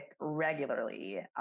regularly